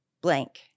blank